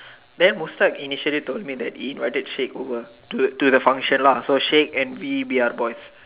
then Mustak initiated told me that he invited shake over to to the function lah so shake and bee we are boy